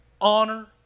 honor